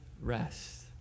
rest